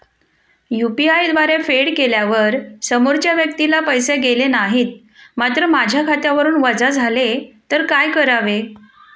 UPI द्वारे फेड केल्यावर समोरच्या व्यक्तीला पैसे गेले नाहीत मात्र माझ्या खात्यावरून वजा झाले तर काय करावे?